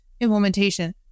implementation